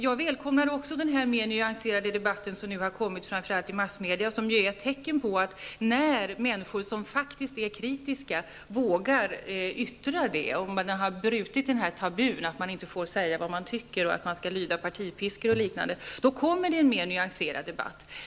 Jag välkomnar också den mera nyanserade debatt som nu framför allt förs i massmedierna och som ju är tecken på, att när människor som faktiskt är kritiska vågar yttra det och vågar bryta tabut att man inte får säga vad man tycker och att man skall lyda partipiskan, leder det till en mera nyanserad debatt.